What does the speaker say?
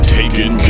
taken